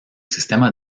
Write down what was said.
sistema